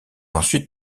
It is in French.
ensuite